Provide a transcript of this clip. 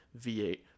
V8